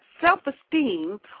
self-esteem